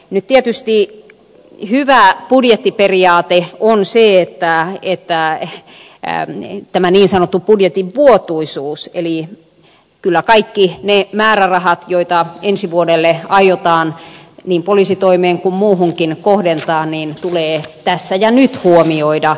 nyt tietysti hyvä budjettiperiaate on tämä niin sanottu budjetin vuotuisuus eli kyllä kaikki ne määrärahat joita ensi vuodelle aiotaan niin poliisitoimeen kuin muuhunkin kohdentaa tulee tässä ja nyt huomioida